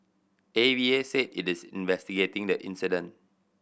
A V A said it is investigating the incident